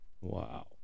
Wow